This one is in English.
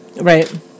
Right